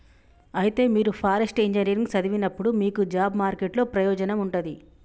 అయితే మీరు forest engineering సదివినప్పుడు మీకు జాబ్ మార్కెట్ లో ప్రయోజనం ఉంటది